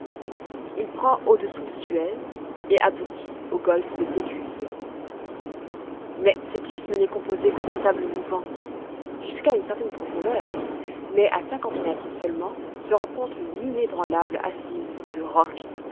il prend au-dessous de suez et aboutit au golfe de péluse mais cet isthme n'est composé que de sables mouvants jusqu'à une certaine profondeur mais à cinquante mètres seulement se rencontre une inébranlable assise de roc